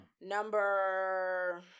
Number